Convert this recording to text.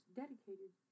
dedicated